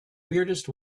weirdest